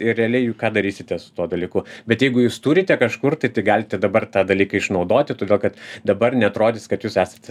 ir realiai ką darysite su tuo dalyku bet jeigu jūs turite kažkur tai tai galite dabar tą dalyką išnaudoti todėl kad dabar neatrodys kad jūs esate